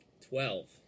Twelve